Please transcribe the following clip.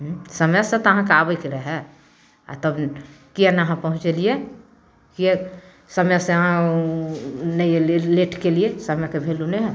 समय से तऽ अहाँके आबैके रहै तब किएक नहि अहाँ पहुँचेलिए किएक समय से अहाँ नहि अएलिए लेट केलिए समयके भैलू नहि हइ